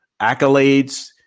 accolades